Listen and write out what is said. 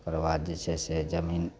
ओकरबाद जे छै से जमीन